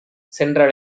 சென்ற